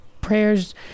prayers